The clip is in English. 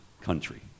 country